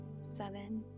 seven